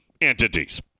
entities